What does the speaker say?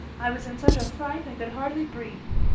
i was in such a fright i could hardly breathe.